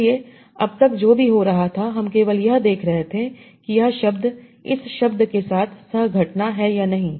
इसलिए अब तक जो भी हो रहा था हम केवल यह देख रहे थे कि यह शब्द इस शब्द के साथ सह घटना है या नहीं